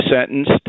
sentenced